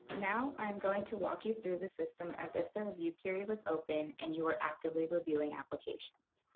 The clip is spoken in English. now i'm going to walk you through the system as if the review period was open and you were actively reviewing applications.